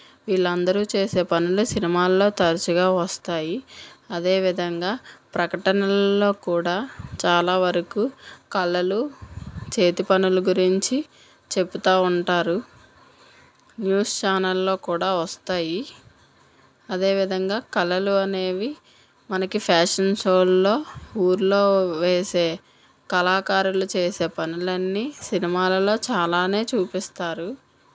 వీళ్ళందరూ చేసే పనులే సినిమాల్లో తరచుగా వస్తాయి అదే విధంగా ప్రకటనల్లో కూడా చాలావరకు కళలు చేతి పనుల గురించి చెప్తూ ఉంటారు న్యూస్ ఛానల్లో కూడా వస్తాయి అదేవిధంగా కళలు అనేవి మనకి ఫ్యాషన్ షోలలో ఊరిలో వేసే కళాకారులు చేసే పనులన్నీ సినిమాలలో చాలానే చూపిస్తారు